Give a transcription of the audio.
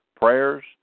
Prayers